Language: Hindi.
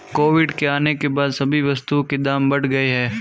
कोविड के आने के बाद सभी वस्तुओं के दाम बढ़ गए हैं